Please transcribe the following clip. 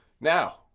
now